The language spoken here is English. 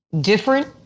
different